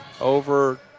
Over